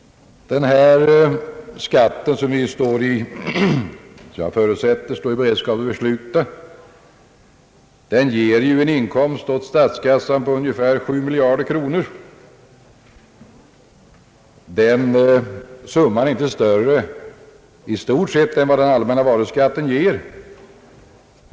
Denna skatt, som jag förutsätter att vi står i beredskap att besluta, ger statskassan en inkomst på ungefär 7 miljarder kronor. Det är i stort sett inte mer än vad den allmänna varuskatten ger.